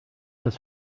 das